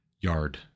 yard